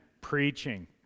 preaching